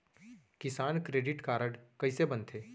किसान credit card कइसे बनथे?